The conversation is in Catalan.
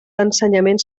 d’ensenyament